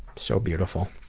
so beautiful.